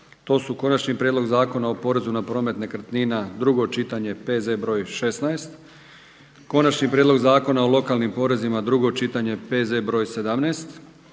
to su: - Konačni prijedlog zakona o porezu na promet nekretnina, drugo čitanje, P.Z. br. 16 - Konačni prijedlog zakona o lokalnim porezima, drugo čitanje, P.Z. br. 17